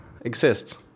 exists